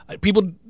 People